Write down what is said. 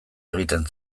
egiten